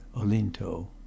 Olinto